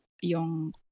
yung